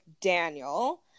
Daniel